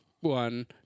one